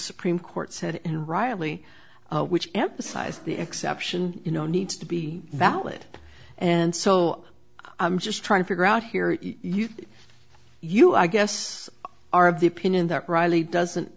supreme court said in riley which emphasizes the exception you know needs to be valid and so i'm just trying to figure out here you you i guess are of the opinion that riley doesn't